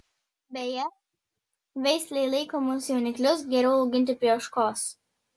beje veislei laikomus jauniklius geriau auginti prie ožkos